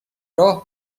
راه